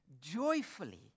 joyfully